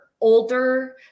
older